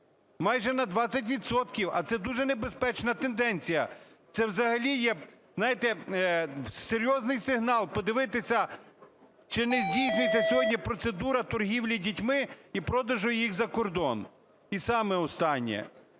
майже на 20 відсотків, а це дуже небезпечна тенденція, це взагалі є, знаєте, серйозний сигнал подивитися чи не здійснюється сьогодні процедура торгівлі дітьми і продажу їх за кордон. І саме останнє.